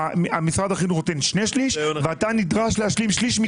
משרד החינוך נותן שני שליש ואתה נדרש להשלים שליש מכיסך.